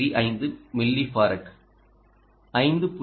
5 millifarad 5